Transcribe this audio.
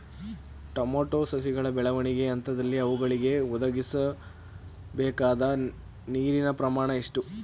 Tomato ಸಸಿಗಳ ಬೆಳವಣಿಗೆಯ ಹಂತದಲ್ಲಿ ಅವುಗಳಿಗೆ ಒದಗಿಸಲುಬೇಕಾದ ನೀರಿನ ಪ್ರಮಾಣ ಎಷ್ಟು?